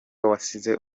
wasize